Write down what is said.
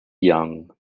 young